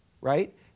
right